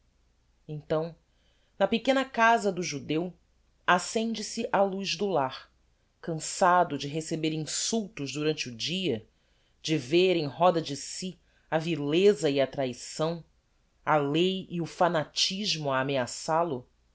então na pequena casa do judeu accende se a luz do lar cansado de receber insultos durante o dia de vêr em roda de si a vileza e a traição a lei e o fanatismo